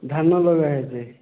ଧାନ ଲଗା ହେଇଛି